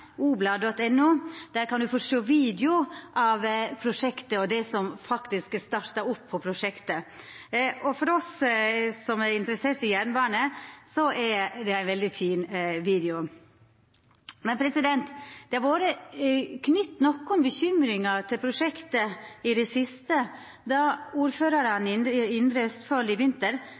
for at ein no er veldig godt i gang med det førebuande abeidet og klargjeringa for den kjempestore tunnelboremaskina. Dei som er interesserte, kan på Østlandets Blads heimeside, på oblad.no, sjå ein video av prosjektet – og det som faktisk er starta opp på prosjektet. For oss som er interesserte i jernbane, er dette ein veldig fin video. Det har vore knytt nokre bekymringar til prosjektet